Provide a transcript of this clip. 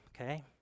okay